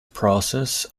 process